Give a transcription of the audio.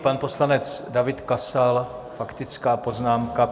Pan poslanec David Kasal, faktická poznámka.